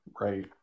Right